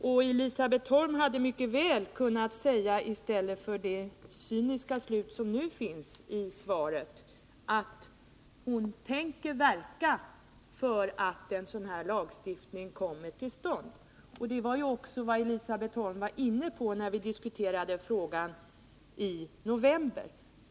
I stället för det cyniska besked som statsrådet Elisabet Holm ger i slutet av sitt svar kunde hon ha sagt att hon tänker verka för att en sådan här lagstiftning kommer till stånd. Det var ju också vad Elisabet Holm var inne på när vi diskuterade frågan i november.